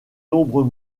nombreux